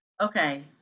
Okay